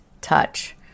touch